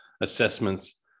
assessments